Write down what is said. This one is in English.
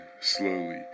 slowly